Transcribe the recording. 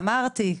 אמרתי,